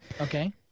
Okay